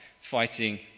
fighting